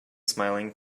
smiling